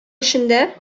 эчендә